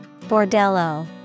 Bordello